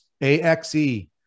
A-X-E